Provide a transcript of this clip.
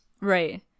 right